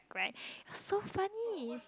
right so funny